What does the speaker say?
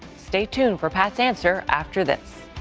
stay tuned for pat's answer after this.